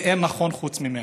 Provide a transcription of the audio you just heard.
ואין נכון חוץ ממנו.